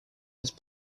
have